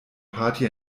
party